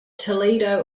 toledo